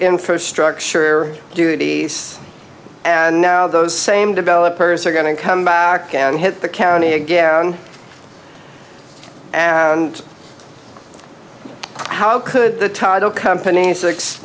infrastructure duties and now those same developers are going to come back and hit the county again and how could the title company six